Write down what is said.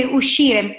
uscire